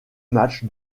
match